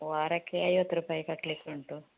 ವಾರಕ್ಕೆ ಐವತ್ತು ರೂಪಾಯಿ ಕಟ್ಲಿಕ್ಕೆ ಉಂಟು